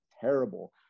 terrible